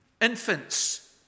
Infants